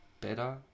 better